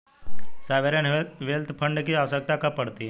Sovereign wealth fund की आवश्यकता कब पड़ती है?